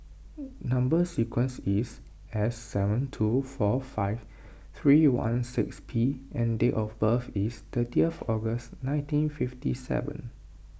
Number Sequence is S seven two four five three one six P and date of birth is thirtieth August nineteen fifty seven